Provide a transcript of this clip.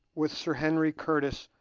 with sir henry curtis,